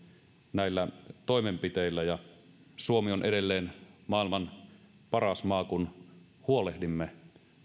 näillä toimenpiteillä suomi on edelleen maailman paras maa kun huolehdimme